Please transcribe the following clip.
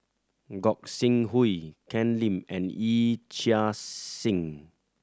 Gog Sing Hooi Ken Lim and Yee Chia Hsing